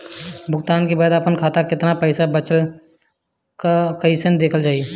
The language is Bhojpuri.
भुगतान के बाद आपन खाता में केतना पैसा बचल ब कइसे देखल जाइ?